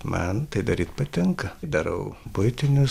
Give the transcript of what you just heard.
man tai daryt patinka darau buitinius